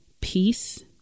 peace